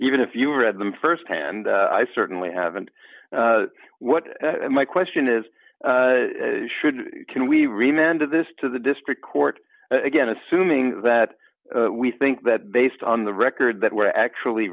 even if you read them st hand i certainly haven't what my question is should can we remember this to the district court again assuming that we think that based on the record that we're actually